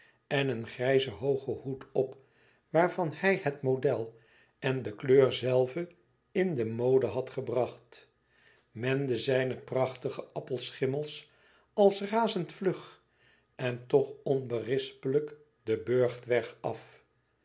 en een grijzen hoogen hoed op waarvan hij het model en de kleur zelve in de mode had gebracht mende zijne prachtige appelschimmels als razend vlug en toch onberispelijk den burchtweg af